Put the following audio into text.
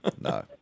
No